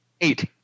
Eight